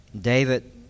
David